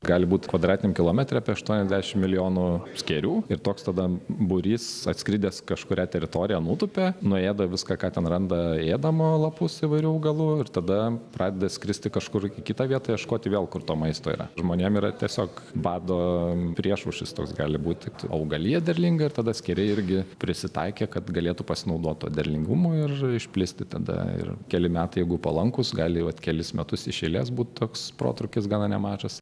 gali būti kvadratiniam kilometre apieaštuoniasdešimt milijonų skėrių ir toks tada būrys atskridęs kažkurią teritoriją nutupia nuėda viską ką ten randa ėdama lapus įvairių augalų ir tada pradeda skristi kažkur į kitą vietą ieškoti vėl kur to maisto yra žmonėm yra tiesiog bado priešaušris toks gali būti taip augalija derlinga ir tada skėriai irgi prisitaikė kad galėtų pasinaudot tuo derlingumu ir išplisti tada ir keli metai jeigu palankūs gali vat kelis metus iš eilės būt toks protrūkis gana nemažas